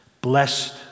Blessed